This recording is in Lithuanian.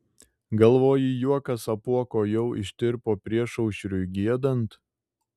galvoji juokas apuoko jau ištirpo priešaušriui giedant